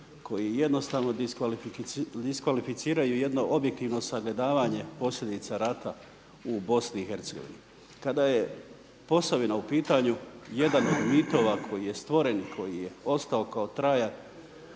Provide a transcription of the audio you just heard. koji jednostavno diskvalificiraju jedno objektivno sagledavanje posljedica rata u BiH. Kada je Posavina u pitanju jedan od mitova koji je stvoren, koji je ostao kao trajan